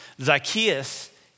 Zacchaeus